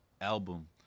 album